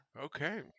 Okay